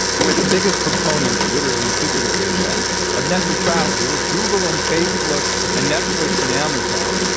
who are the biggest proponents literally and figuratively, again of net neutrality? well, it's google, and facebook, and netflix, and amazon.